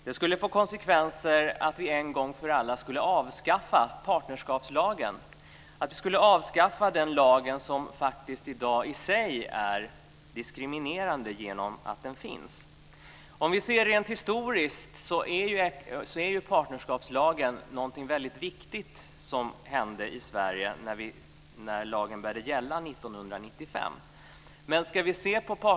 Det skulle t.ex. få konsekvensen att vi en gång för alla avskaffade partnerskapslagen, att vi avskaffade den lag som i dag i sig faktiskt är diskriminerande genom att den finns. Historiskt är partnerskapslagen något väldigt viktigt som hände i Sverige år 1995 då lagen började gälla.